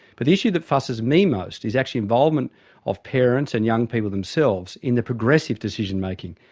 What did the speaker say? but the issue that fusses me most is actually involvement of parents and young people themselves in the progressive decision-making.